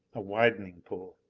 a widening pool.